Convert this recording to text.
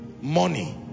Money